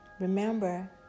Remember